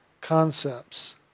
concepts